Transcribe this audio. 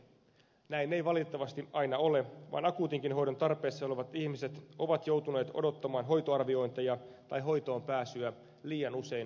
näin ei valitettavasti aina ole vaan akuutinkin hoidon tarpeessa olevat ihmiset ovat joutuneet odottamaan hoitoarviointeja tai hoitoonpääsyä liian usein kohtuuttomankin kauan